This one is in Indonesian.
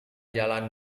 jalan